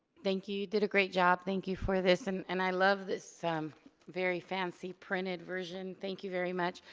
thank you, you did a great job, thank you for this. and and i love this um very fancy printed version, thank you very much.